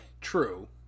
True